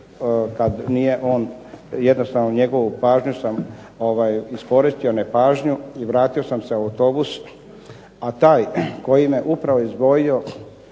kad nije on, jednostavno njegovu pažnju sam iskoristio, nepažnju i vratio sam se u autobus, a taj koji me upravo izdvojio